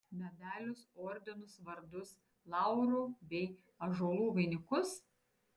medalius ordinus vardus laurų bei ąžuolų vainikus